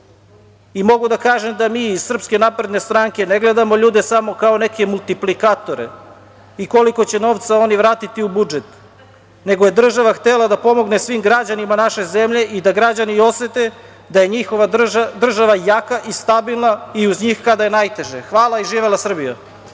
Mogu da kažem da mi iz SNS ne gledamo ljude samo kao neke multiplikatore i koliko će novca oni vratiti u budžet, nego je država htela da pomogne svim građanima naše zemlje i da građani osete da je njihova država jaka i stabilna i uz njih kada je najteže. Hvala i živela Srbija.